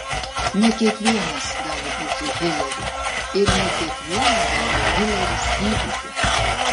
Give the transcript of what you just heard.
ne kiekvienas gali būti hileriu ir ne kiekvieną gali hileris gydyti